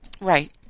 Right